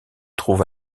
trouve